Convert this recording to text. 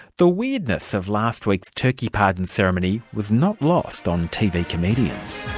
the weirdness of last week's turkey pardon ceremony was not lost on tv comedians.